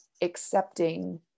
accepting